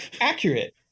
accurate